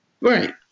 Right